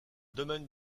domaine